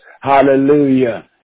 hallelujah